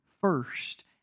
first